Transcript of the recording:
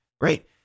right